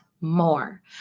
more